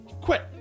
quit